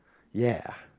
yeah.